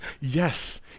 Yes